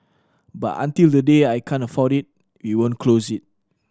but until the day I can't afford it we won't close it